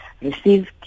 received